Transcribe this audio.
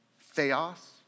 Theos